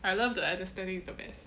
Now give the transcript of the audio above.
I love the aesthetics the best